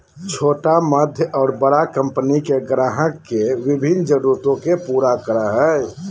छोटा मध्य और बड़ा कंपनि के ग्राहक के विभिन्न जरूरत के पूरा करय हइ